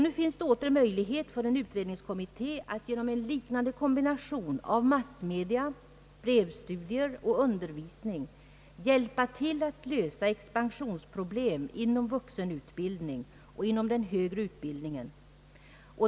Nu finns det åter möjlighet för en utredningskommitté att genom en liknande kombination av massmedia, brevstudier och undervisning hjälpa till att lösa expansionsproblem inom vuxenutbildning och inom den högre utbildningen.